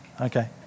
Okay